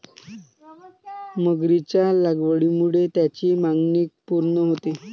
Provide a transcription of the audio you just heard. मगरीच्या लागवडीमुळे त्याची मागणी पूर्ण होते